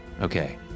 Okay